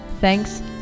Thanks